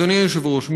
אדוני היושב-ראש,